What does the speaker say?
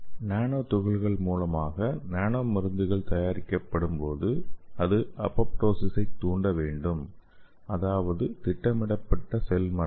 நானோ துகள்கள் மூலமாக நானோ மருந்துகள் தயாரிக்கப்படும்போது அது அப்போப்டொசிஸைத் தூண்ட வேண்டும் அதாவது திட்டமிடப்பட்ட செல் மரணம்